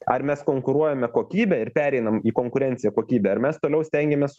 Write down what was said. ar mes konkuruojame kokybe ir pereinam į konkurenciją kokybe ar mes toliau stengiamės